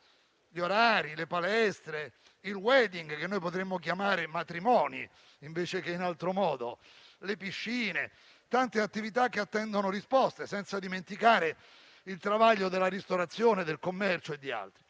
gli orari, le palestre, il *wedding* - potremmo chiamarlo matrimonio, invece che in altro modo - le piscine e tante altre attività che attendono risposte, senza dimenticare il travaglio della ristorazione, del commercio e di altri.